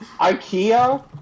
Ikea